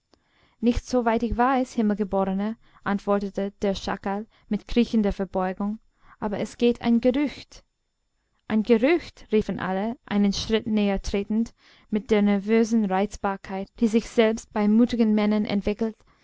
nicht soweit ich weiß himmelgeborener antwortete der schakal mit kriechender verbeugung aber es geht ein gerücht ein gerücht riefen alle einen schritt näher tretend mit der nervösen reizbarkeit die sich selbst bei mutigen männern entwickelt